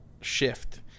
shift